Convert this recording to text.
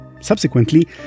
Subsequently